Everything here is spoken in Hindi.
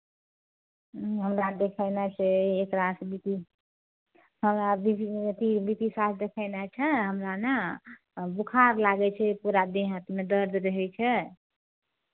हमरा देखैने से एकरास बीती हमरा बीती सास देखइन अच्छा हमरा न बुखार लागै छे पूरा देह हाथ में दर्द रहै छै